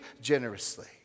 generously